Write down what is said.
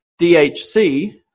DHC